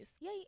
Yay